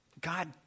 God